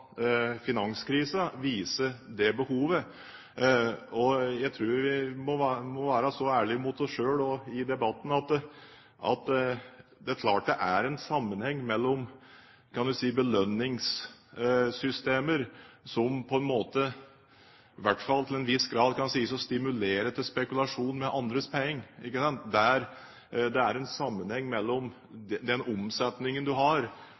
viser at det er behov for det. Jeg tror vi må være så ærlige mot oss selv òg i debatten at vi ser at det klart er en sammenheng mellom belønningssystemer som i hvert fall til en viss grad kan sies å stimulere til spekulasjon med andres penger – en sammenheng mellom den omsetningen en har – og den godtgjørelsen en